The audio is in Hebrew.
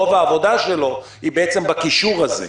רוב העבודה שלו היא בקישור הזה.